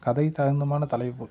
கதைக்கு தகுந்தமான தலைப்பு